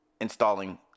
installing